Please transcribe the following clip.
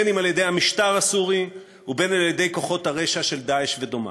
אם על-ידי המשטר הסורי ואם על-ידי כוחות הרשע של "דאעש" ודומיו.